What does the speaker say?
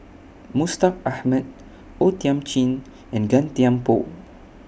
Mustaq Ahmad O Thiam Chin and Gan Thiam Poh